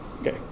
Okay